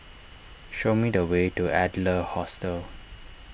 show me the way to Adler Hostel